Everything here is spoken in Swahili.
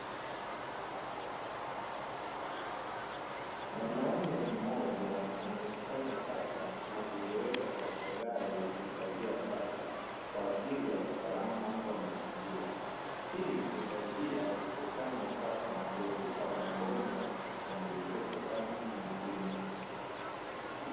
Mwanaume mmoja anayekusanya taka na kuziweka katika gari la kuhifadhia taka kwa ajili ya usalama wa mazingira, hii husaidia kukusanya taka na kuepuka na magonjwa ya mlipuko kama kipindupindu.